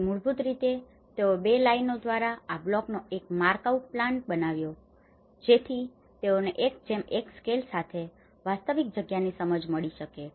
તેથી મૂળભૂત રીતે તેઓએ બે લાઇનો દ્વારા આ બ્લોકનો એક માર્ક આઉટ પ્લાન બનાવ્યો છે જેથી તેઓને 11 સ્કેલ સાથે વાસ્તવિક જગ્યાની સમજ મળી શકે